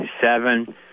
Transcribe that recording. seven